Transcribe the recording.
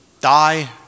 die